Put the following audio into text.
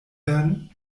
werden